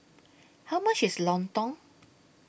How much IS Lontong